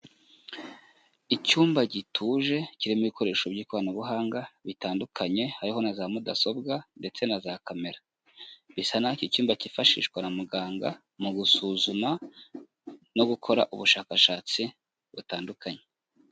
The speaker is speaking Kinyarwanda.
Icyumba gituje kirimo ibikoresho by'ikoranabuhanga bitandukanye hariho na za mudasobwa ndetse na za kamera, bisa naho icyo cyumba cyifashishwa na muganga mu gusuzuma no gukora ubushakashatsi butandukanye.